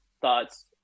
thoughts